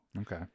Okay